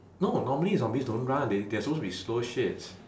no normally zombies don't run they they are supposed to be slow shits